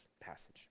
passage